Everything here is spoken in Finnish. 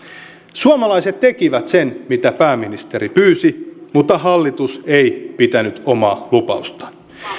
suomalaiset tekivät sen mitä pääministeri pyysi mutta hallitus ei pitänyt omaa lupaustaan